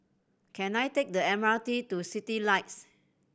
can I take the M R T to Citylights